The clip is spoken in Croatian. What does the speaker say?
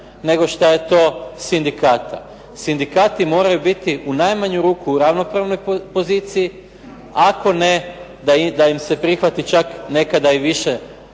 nego što je to sindikata. Sindikati moraju biti u najmanju ruku u ravnopravnoj poziciji, ako ne da im se prihvati čak nekada i više